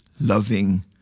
loving